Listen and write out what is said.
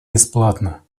бесплатно